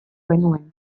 genuen